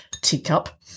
teacup